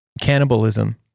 cannibalism